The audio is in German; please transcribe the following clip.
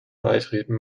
beitreten